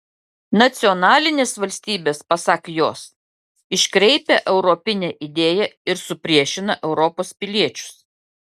nacionalinės valstybės pasak jos iškreipia europinę idėją ir supriešina europos piliečius